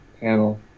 panel